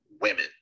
women